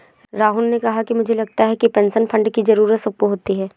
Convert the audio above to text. राहुल ने कहा कि मुझे लगता है कि पेंशन फण्ड की जरूरत सबको होती है